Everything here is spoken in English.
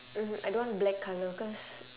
mm I don't want black colour cause